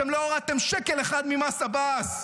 אתם לא הורדתם שקל אחד ממס עבאס.